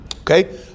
Okay